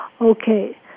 Okay